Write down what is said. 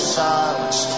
silence